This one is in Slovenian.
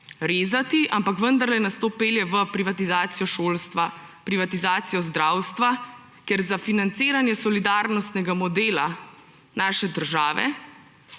rezati, ampak vendarle nas to pelje v privatizacijo šolstva, privatizacijo zdravstva. Ker za financiranje solidarnostnega modela naše države